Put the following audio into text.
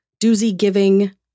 doozy-giving